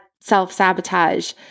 self-sabotage